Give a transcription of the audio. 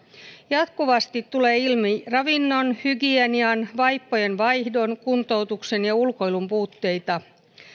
jatkuvasti tulee ilmi ravinnon hygienian vaippojen vaihdon kuntoutuksen ja ulkoilun puutteita